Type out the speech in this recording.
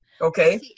Okay